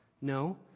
No